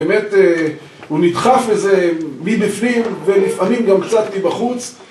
באמת הוא נדחף איזה מבפנים ולפעמים גם קצת מבחוץ